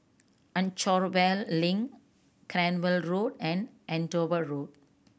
Anchorvale Link Cranwell Road and Andover Road